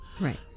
Right